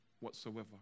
whatsoever